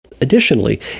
Additionally